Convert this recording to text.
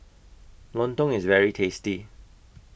Lontong IS very tasty